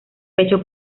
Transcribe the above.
pecho